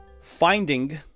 finding